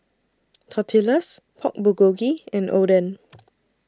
Tortillas Pork Bulgogi and Oden